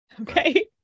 Okay